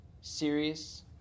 serious